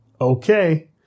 Okay